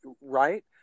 right